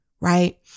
right